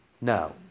No